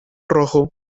rojo